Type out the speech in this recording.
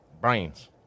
Brains